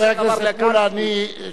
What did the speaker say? אני שש קדנציות יותר ממך,